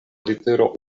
litero